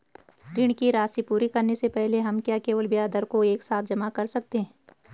ऋण की राशि पूरी करने से पहले हम क्या केवल ब्याज दर को एक साथ जमा कर सकते हैं?